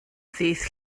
ddydd